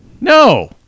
No